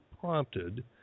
prompted